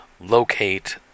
locate